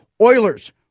Oilers